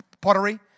Pottery